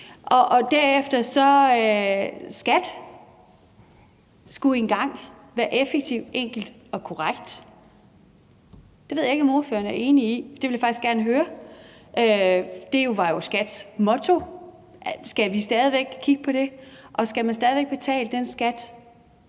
Skattevæsenet skulle engang gøre tingene effektivt, enkelt og korrekt. Det ved jeg ikke om ordføreren er enig i; det vil jeg faktisk gerne høre. Det var jo Skattevæsenets motto. Skal vi stadig væk kigge på det? Og skal man stadig væk betale sin skat